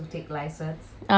(uh huh)